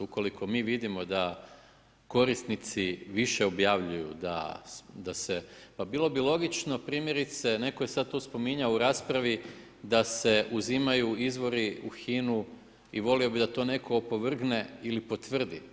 Ukoliko mi vidimo da korisnici više objavljuju, da se pa bilo bi logično, primjerice, netko je tu sad spominjao u raspravi, da se uzimaju izvori u HINA-u i volio bi da to netko opovrgne ili potvrdi.